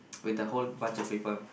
with a whole bunch of people